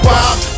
Wild